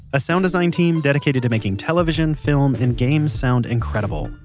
a sound design team dedicated to making television, film, and games sound incredible.